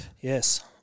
Yes